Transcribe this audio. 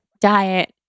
diet